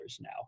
now